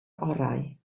orau